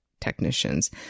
technicians